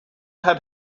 had